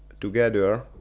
together